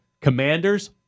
commanders